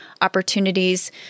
opportunities